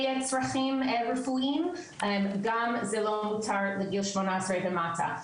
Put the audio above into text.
צרכים רפואיים גם זה לא מותר לגיל 18 ומטה,